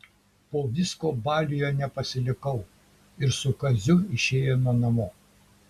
po visko baliuje nepasilikau ir su kaziu išėjome namo